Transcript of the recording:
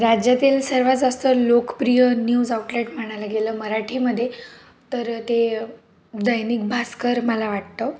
राज्यातील सर्वांत जास्त लोकप्रिय न्यूज आउटलेट म्हणायला गेलं मराठीमध्ये तर ते दैनिक भास्कर मला वाटतं